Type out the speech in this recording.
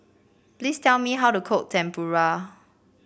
please tell me how to cook Tempura